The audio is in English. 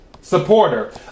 supporter